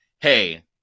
hey